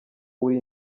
uri